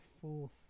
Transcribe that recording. full